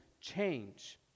change